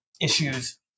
issues